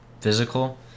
physical